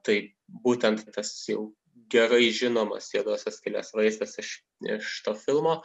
tai būtent tas jau gerai žinomas juodosios skylės vaizdas iš iš to filmo